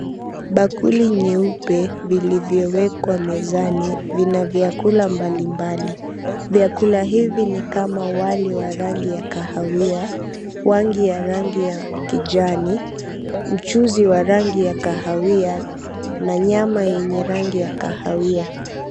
Bakuli nyeupe vilivyowekwa mezani vina vyakula mbalimbali. Vyakula hivi ni kama wali wa rangi ya kahawia, wangi ya rangi ya kijani, mchuzi wa rangi ya kahawia, na nyama yenye rangi ya kahawia.